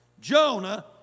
Jonah